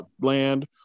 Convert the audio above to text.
land